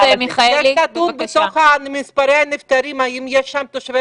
בתוך מספרי הנפטרים האם יש תושבי